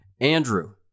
Andrew